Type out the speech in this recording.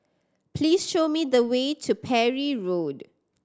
please show me the way to Parry Road